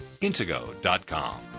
Intego.com